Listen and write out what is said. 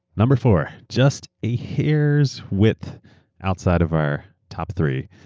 number four, just a hair's width outside of our top three.